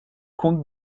comte